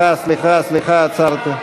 עצרתי.